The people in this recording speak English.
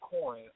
coin